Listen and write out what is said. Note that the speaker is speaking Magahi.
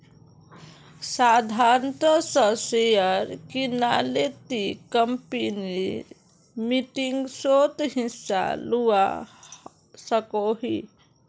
साधारण सा शेयर किनले ती कंपनीर मीटिंगसोत हिस्सा लुआ सकोही